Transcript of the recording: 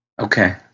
okay